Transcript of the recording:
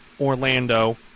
Orlando